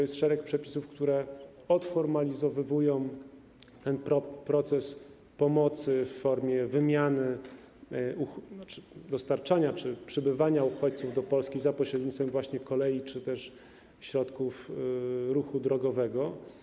Jest szereg przepisów, które odformalizowują proces pomocy w formie wymiany, dostarczania czy przybywania uchodźców do Polski za pośrednictwem kolei czy też środków ruchu drogowego.